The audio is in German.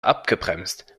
abgebremst